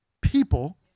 people